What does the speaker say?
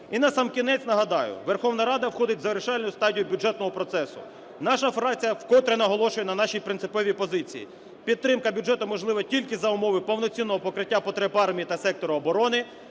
І насамкінець нагадаю. Верховна Рада входить в завершальну стадію бюджетного процесу. Наша фракція вкотре наголошує на нашій принциповій позиції: підтримка бюджету можлива тільки за умови повноцінного покриття потреб армії та сектору оборони,